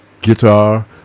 guitar